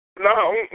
No